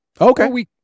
Okay